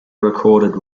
recorded